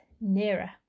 nearer